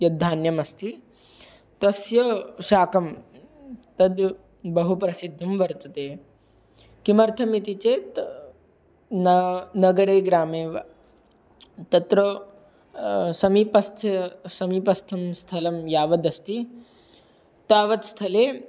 यद्धान्यमस्ति तस्य शाकं तद्बहु प्रसिद्धं वर्तते किमर्थम् इति चेत् न नगरे ग्रामे वा तत्र समीपस्थं समीपस्थं स्थलं यावदस्ति तावत् स्थले